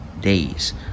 days